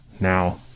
now